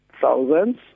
thousands